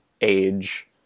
age